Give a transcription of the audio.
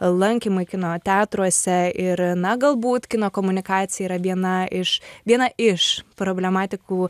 lankymai kino teatruose ir na galbūt kino komunikacija yra viena iš viena iš problematikų